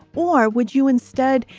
or would you instead,